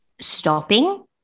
stopping